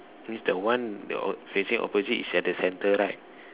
is the one the o~ facing opposite is at the centre right